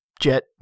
jet